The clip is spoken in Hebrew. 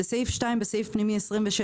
לסעיף 17 לחוק ההסדרים.